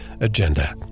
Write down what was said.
agenda